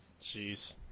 Jeez